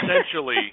essentially